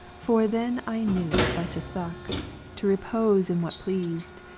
for then i knew but to suck to repose in what pleased,